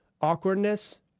awkwardness